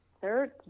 third